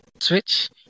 Switch